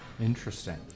Interesting